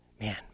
Man